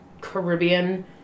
Caribbean